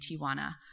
Tijuana